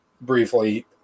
briefly